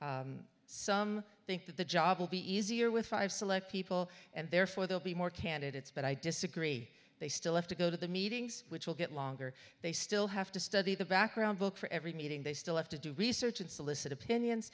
board some think that the job will be easier with five select people and therefore they'll be more candidates but i disagree they still have to go to the meetings which will get longer they still have to study the background book for every meeting they still have to do research and solicit opinions